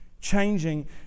changing